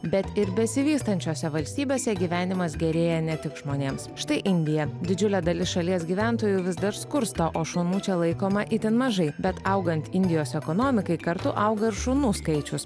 bet ir besivystančiose valstybėse gyvenimas gerėja ne tik žmonėms štai indija didžiulė dalis šalies gyventojų vis dar skursta o šunų čia laikoma itin mažai bet augant indijos ekonomikai kartu auga ir šunų skaičius